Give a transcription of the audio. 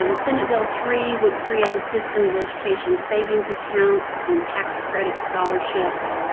um senate bill three would create a system of education savings accounts and tax credit scholarships.